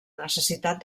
necessitat